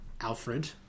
Alfred